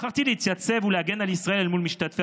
בחרתי להתייצב ולהגן על ישראל אל מול משתתפי